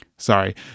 Sorry